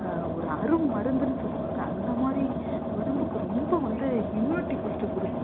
ஒரு அரும் மருந்துன்னு சொல்லுவாங்க அந்தமாதிரி உடம்புக்கு ரொம்ப வந்து இம்யூனிட்டி பூஸ்ட்டை கொடுக்கும்